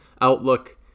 outlook